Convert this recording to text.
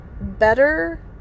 better